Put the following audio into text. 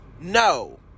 no